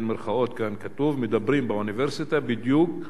מדברים באוניברסיטה בדיוק,